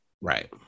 Right